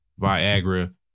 Viagra